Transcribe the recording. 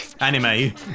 Anime